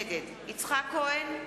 נגד יצחק כהן,